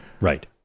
right